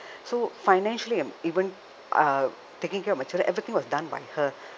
so financially I'm even uh taking care of my children everything was done by her